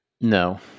No